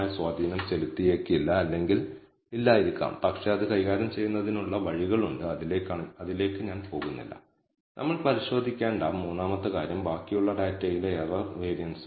അതിനാൽ SS total എന്നത് reduced model എത്ര നല്ലതാണെന്നതിന്റെ അളവുകോലാണ് എന്ന് ഞാൻ പറഞ്ഞതുപോലെ നമ്മൾ ഇത് ചെയ്യുന്നത് ഒരു സ്ഥിരമായ മോഡലിനെ സൂചിപ്പിക്കുന്നു എന്നാൽ ഈ സ്ലോപ്പ് പാരാമീറ്റർ ഉൾപ്പെടുത്തിയാൽ SSE ലീനിയർ മോഡലിനെ പ്രതിനിധീകരിക്കുന്നു